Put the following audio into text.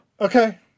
Okay